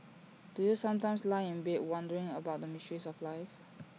do you sometimes lie in bed wondering about the mysteries of life